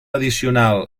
addicional